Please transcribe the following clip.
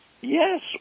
yes